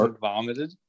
vomited